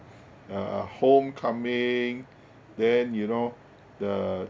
uh home coming then you know the